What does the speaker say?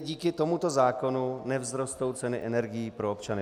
Díky tomuto zákonu nevzrostou ceny energií pro občany.